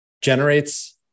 generates